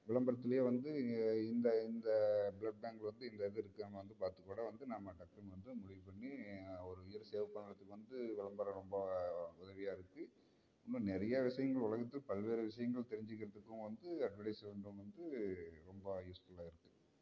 விளம்பரத்துலையே வந்து இந்த இந்த ப்ளட் பேங்க் வந்து இந்த இது இருக்குறவங்க வந்து பார்த்து கூட வந்து நாம்ம டக்குன்னு வந்து முடிவு பண்ணி ஒரு உயிரை சேவ் பண்ணுறதுக்கு வந்து விளம்பரம் ரொம்ப உதவியாக இருக்கு இது இது மாதிரி நிறையா விஷயங்கள் உலகத்தில் பல்வேறு விஷயங்கள் தெரிஞ்சிக்கிறதுக்கும் வந்து அட்வர்டைஸ்மென்ட் வந்து ரொம்ப யூஸ்ஃபுல்லாக இருக்கு